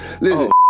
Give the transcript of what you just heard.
Listen